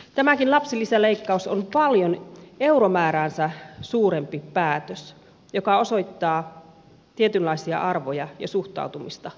tämäkin lapsilisäleikkaus on paljon euromääräänsä suurempi päätös joka osoittaa tietynlaisia arvoja ja suhtautumista tulevaisuuteen